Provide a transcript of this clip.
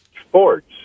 sports